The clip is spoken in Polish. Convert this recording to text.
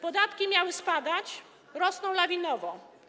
Podatki miały spadać - rosną lawinowo.